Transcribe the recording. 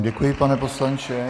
Děkuji vám, pane poslanče.